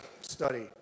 study